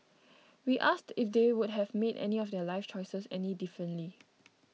we asked if they would have made any of their life choices any differently